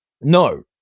No